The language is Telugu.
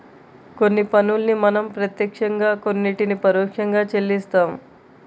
కొన్ని పన్నుల్ని మనం ప్రత్యక్షంగా కొన్నిటిని పరోక్షంగా చెల్లిస్తాం